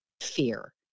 fear